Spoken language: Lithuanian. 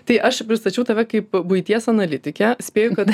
tai aš pristačiau tave kaip buities analitikę spėju kad